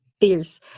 fierce